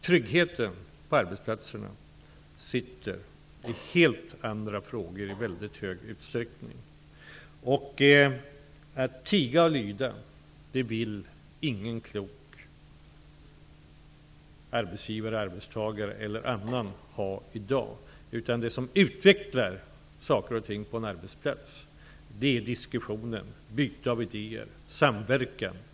Tryggheten på arbetsplatserna består i väldigt hög utsträckning av helt andra faktorer. Ingen klok arbetsgivare, arbetstagare eller någon annan vill att människor i dag skall tiga och lyda. Det som för utvecklingen framåt på en arbetsplats är diskussion, utbyte av idéer och samverkan.